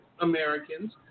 Americans